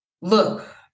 look